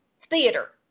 theater